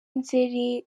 nzeri